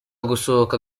gusohoka